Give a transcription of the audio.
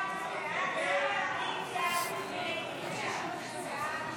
ההסתייגויות לסעיף